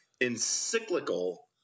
Encyclical